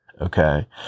Okay